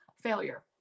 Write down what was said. failure